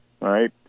right